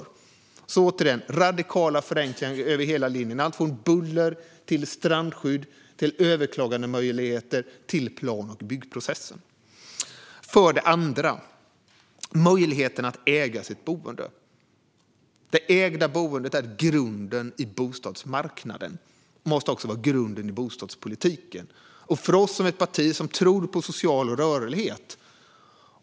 Återigen säger jag att det handlar om radikala förenklingar över hela linjen. Det gäller alltifrån buller till strandskydd, överklagandemöjligheter och plan och byggprocessen. För det andra handlar det om möjligheten att äga sitt boende. Det ägda boendet är grunden i bostadsmarknaden. Det måste också vara grunden i bostadspolitiken. Moderaterna är ett parti som tror på social rörlighet.